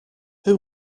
who